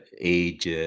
age